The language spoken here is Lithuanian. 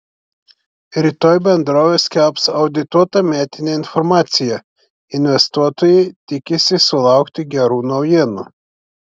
rytoj bendrovė skelbs audituotą metinę informaciją investuotojai tikisi sulaukti gerų naujienų